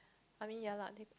I mean ya lah they